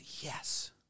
Yes